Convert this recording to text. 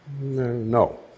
No